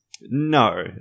No